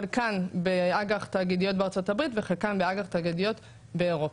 חלקן באג"ח תאגידיות בארצות הברית וחלקן באג"ח תאגידיות באירופה.